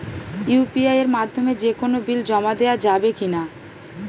UPI এর মাধ্যমে যে কোনো বিল জমা দেওয়া যাবে কি না?